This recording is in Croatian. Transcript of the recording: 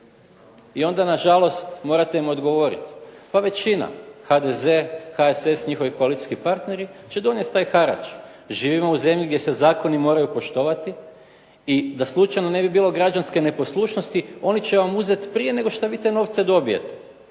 I onda nažalost morate im odgovoriti, pa većina HDZ, HSS, njihovi koalicijski partneri će donesti taj harač. Živimo u zemlji gdje se zakoni moraju poštovati i da slučajno ne bi bilo građanske neposlušnosti, oni će vam uzet prije nego što vi to novce dobijete,